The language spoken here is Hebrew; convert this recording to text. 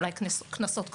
אולי קנסות כבדים,